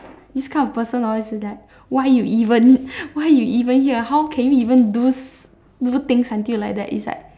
this kind of person hor is like why you even why you even here how can you even do do things until like that is like